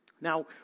Now